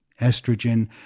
estrogen